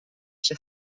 ser